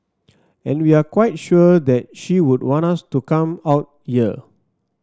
and we're quite sure that she would want us to come out here